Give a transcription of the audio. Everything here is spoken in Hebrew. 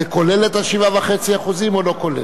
זה כולל את ה-7.5% או לא כולל?